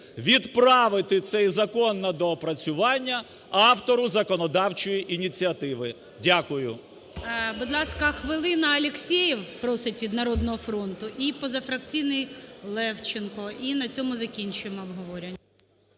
відправити цей закон на доопрацювання автору законодавчої ініціативи. Дякую. ГОЛОВУЮЧИЙ. Будь ласка, хвилина – Алексєєв, просить від "Народного фронту", і позафракційний Левченко. І на цьому закінчуємо обговорення.